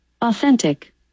Authentic